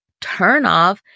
turnoff